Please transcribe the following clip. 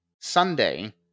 Sunday